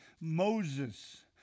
Moses